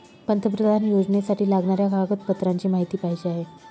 पंतप्रधान योजनेसाठी लागणाऱ्या कागदपत्रांची माहिती पाहिजे आहे